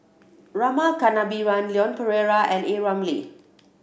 Rama Kannabiran Leon Perera and A Ramli